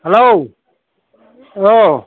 hello औ